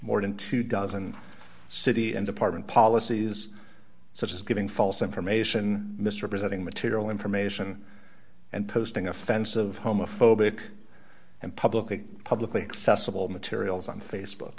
more than two dozen city and department policies such as giving false information misrepresenting material information and posting offensive homophobic and publicly publically accessible materials on facebook